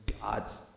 God's